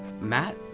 Matt